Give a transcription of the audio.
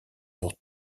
pour